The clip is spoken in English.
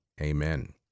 Amen